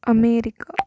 America